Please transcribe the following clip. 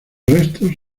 restos